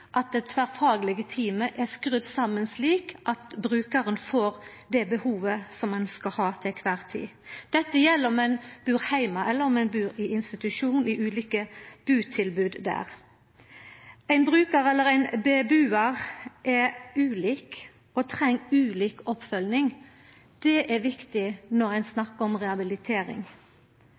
at det tverrfaglege teamet er skrudd saman slik at brukaren får dekt det behovet som ein har til kvar tid. Det gjeld om ein bur heime eller om ein bur i institusjon, i ulike butilbod der. Alle brukarar eller bebuarar er ulike og treng ulik oppfølging. Det er viktig når ein snakkar om rehabilitering.